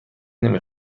نمی